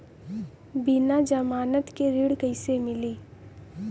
बिना जमानत के ऋण कईसे मिली?